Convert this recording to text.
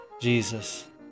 Jesus